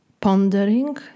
pondering